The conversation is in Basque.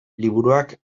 liburuak